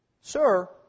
sir